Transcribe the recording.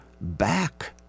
back